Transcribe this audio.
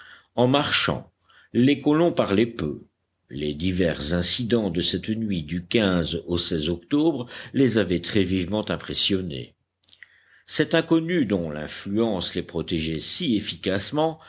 en marchant les colons parlaient peu les divers incidents de cette nuit du au octobre les avaient très vivement impressionnés cet inconnu dont l'influence les protégeait si efficacement